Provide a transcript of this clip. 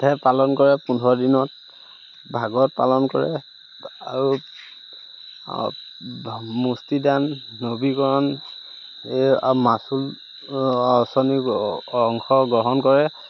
হে পালন কৰে পোন্ধৰ দিনত ভাগৱত পালন কৰে আৰু মুস্তিদান নৱীকৰণ এই অ' মাচুল আঁচনি অংশ গ্ৰহণ কৰে